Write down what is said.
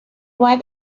باید